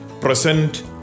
present